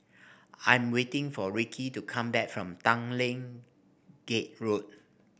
I'm waiting for Rickey to come back from Tanglin Gate Road